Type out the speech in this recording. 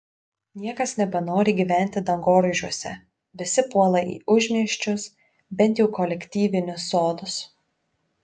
niekas nebenori gyventi dangoraižiuose visi puola į užmiesčius bent jau kolektyvinius sodus